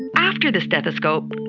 and after the stethoscope,